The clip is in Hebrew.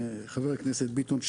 חבר הכנסת ביטון,